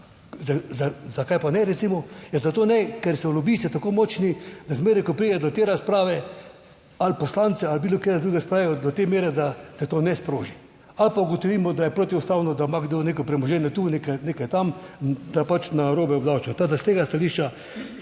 Zakaj pa ne recimo? Ja zato ne, ker so lobisti tako močni, da zmeraj, ko pride do te razprave ali poslancev ali bilo katere druge razprave do te mere, da se to ne sproži ali pa ugotovimo, da je protiustavno, da ima kdo neko premoženje tu, nekaj tam in da je pač narobe obdavčeno. Tako, da s tega stališča